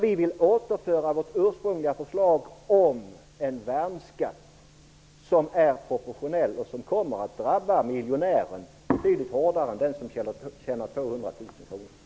Vi vill alltså åter föra fram vårt ursprungliga förslag om en proportionell värnskatt, som kommer att drabba miljonären betydligt hårdare än den som tjänar 200 000 kr.